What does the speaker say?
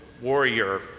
warrior